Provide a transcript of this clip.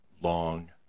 long